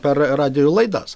per radijo laidas